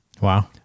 Wow